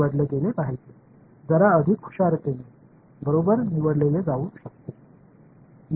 இங்கே என் அடிப்படை செயல்பாடுகள் பல்செஸ் வகைகள்